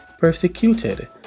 Persecuted